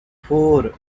four